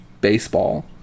baseball